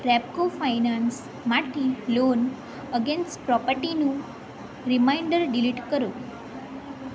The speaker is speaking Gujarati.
રેપકો ફાઇનાન્સમાંથી લોન અગેન્સ્ટ પ્રોપર્ટીનું રીમાઈન્ડર ડીલીટ કરો